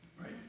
Right